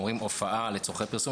ואומרים "הופעה לצורכי פרסום",